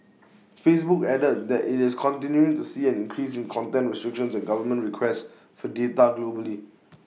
Facebook added that IT is continuing to see an increase in content restrictions and government requests for data globally